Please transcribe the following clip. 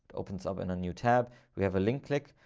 opens up and a new tab, we have a link click,